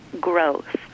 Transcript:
growth